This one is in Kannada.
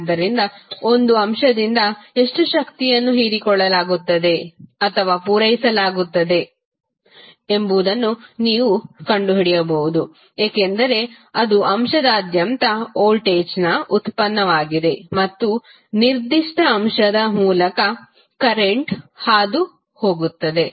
ಆದ್ದರಿಂದ ಒಂದು ಅಂಶದಿಂದ ಎಷ್ಟು ಶಕ್ತಿಯನ್ನು ಹೀರಿಕೊಳ್ಳಲಾಗುತ್ತದೆ ಅಥವಾ ಪೂರೈಸಲಾಗುತ್ತಿದೆ ಎಂಬುದನ್ನು ನೀವು ಕಂಡುಹಿಡಿಯಬಹುದು ಏಕೆಂದರೆ ಅದು ಅಂಶದಾದ್ಯಂತ ವೋಲ್ಟೇಜ್ನ ಉತ್ಪನ್ನವಾಗಿದೆ ಮತ್ತು ನಿರ್ದಿಷ್ಟ ಅಂಶದ ಮೂಲಕ ಪ್ರಸ್ತುತ ಹಾದುಹೋಗುತ್ತದೆ